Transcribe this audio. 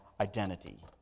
identity